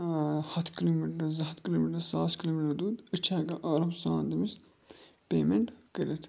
ہَتھ kilometre زٕ ہَتھ کِلوٗ میٖٹر ساس کِلوٗ میٖٹر دوٗر أسۍ چھِ ہٮ۪کان آرام سان تٔمِس پیمٮ۪نٛٹ کٔرِتھ